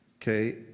Okay